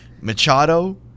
machado